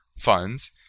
funds